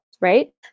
right